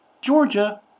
Georgia